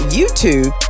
YouTube